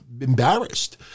embarrassed